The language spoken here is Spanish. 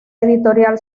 editorial